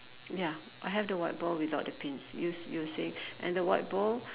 ya I have the whiteboard without the pins you you say and the whiteboard